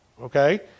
okay